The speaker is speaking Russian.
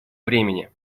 времени